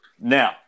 Now